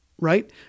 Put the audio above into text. right